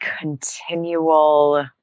continual